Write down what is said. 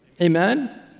amen